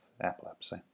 epilepsy